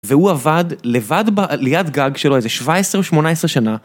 והוא עבד לבד בעליית גג שלו איזה 17-18 שנה.